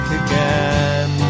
again